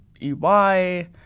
EY